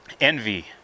Envy